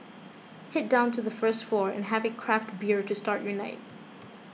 head down to the first floor and have a craft bear to start your night